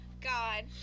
God